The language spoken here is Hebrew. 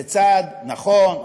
זה צעד נכון,